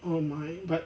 oh my but